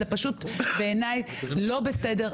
זה פשוט בעיני לא בסדר,